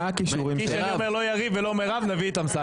לא יריב ולא מירב, נביא את אמסלם.